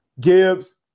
Gibbs